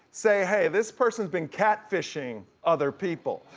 say hey, this person's been catfishing other people.